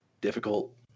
difficult